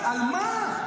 על מה?